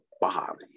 body